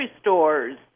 stores